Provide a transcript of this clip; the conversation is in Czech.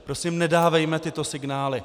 Prosím, nedávejme tyto signály!